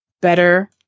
better